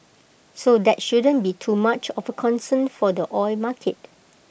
so that shouldn't be too much of concern for the oil market